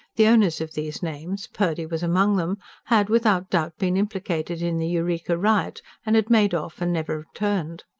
the owners of these names purdy was among them had without doubt been implicated in the eureka riot, and had made off and never returned.